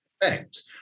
effect